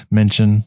mention